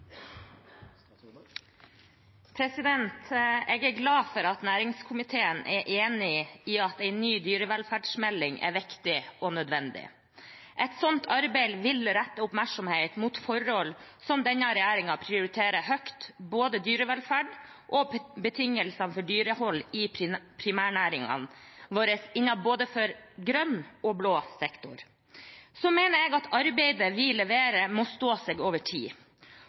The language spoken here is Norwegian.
enig i at en ny dyrevelferdsmelding er viktig og nødvendig. Et slikt arbeid vil rette oppmerksomheten mot forhold som denne regjeringen prioriterer høyt, både dyrevelferd og betingelsene for dyrehold i primærnæringene våre, innenfor både grønn og blå sektor. Så mener jeg at arbeidet vi leverer, må stå seg over tid